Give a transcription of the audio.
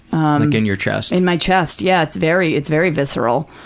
like in your chest? in my chest, yeah, it's very it's very visceral.